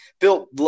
bill